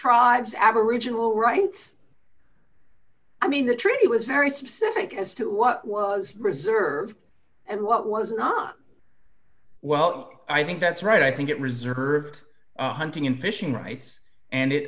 tribes aboriginal rights i mean the treaty was very specific as to what was reserved and what was not well i think that's right i think it reserved hunting and fishing rights and it